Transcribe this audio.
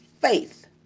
faith